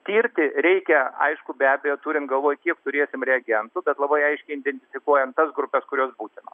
tirti reikia aišku be abejo turint galvoj kiek turėsim reagentų bet labai aiškiai identifikuojant tas grupes kurios būtinos